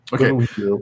Okay